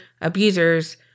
abusers